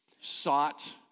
sought